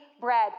bread